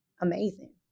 Amazing